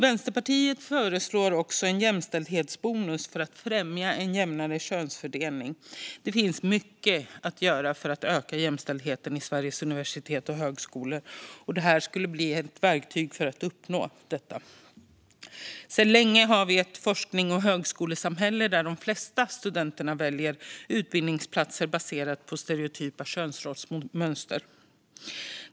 Vänsterpartiet föreslår också en jämställdhetsbonus för att främja jämnare könsfördelning. Det finns mycket att göra att öka jämställdheten vid Sveriges universitet och högskolor. Det här skulle bli ett verktyg för att uppnå det. Sedan länge har vi ett forsknings och högskolesamhälle där de flesta studenterna väljer utbildningsplatser baserat på stereotypa könsrollsmönster.